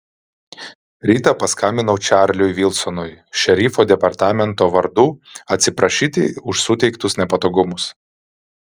rytą paskambinau čarliui vilsonui šerifo departamento vardu atsiprašyti už suteiktus nepatogumus